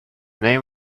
name